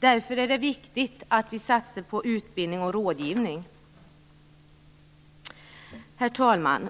Därför är det viktigt att satsa på utbildning och rådgivning. Herr talman!